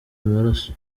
amaraso